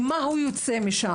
עם מה הוא יוצא משם.